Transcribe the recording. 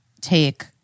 take